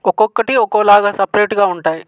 ఒక్కొక్కటి ఒక్కోలాగా సెపెరేట్గా ఉంటాయి